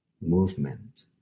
movement